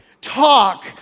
talk